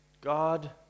God